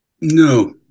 No